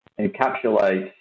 encapsulate